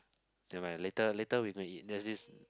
never mind later later we go and eat there's this